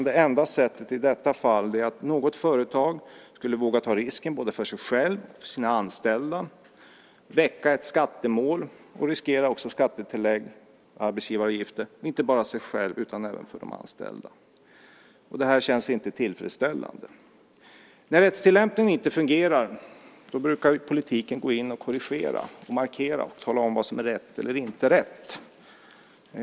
Det enda sättet i detta fall är att något företag vågar ta risken, både för sig själv och för sina anställda, väcka ett skattemål och riskera skattetillägg och arbetsgivaravgifter. Det här känns inte tillfredsställande. När rättstillämpningen inte fungerar brukar politiken gå in och korrigera, markera och tala om vad som är rätt och inte rätt.